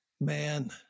Man